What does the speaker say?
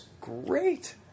great